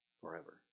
forever